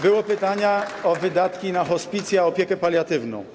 Były pytania o wydatki na hospicja, opiekę paliatywną.